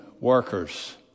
workers